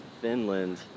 Finland